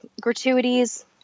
gratuities